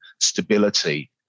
stability